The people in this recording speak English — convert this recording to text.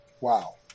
Wow